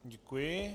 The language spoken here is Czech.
Děkuji.